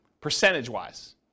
percentage-wise